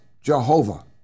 Jehovah